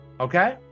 Okay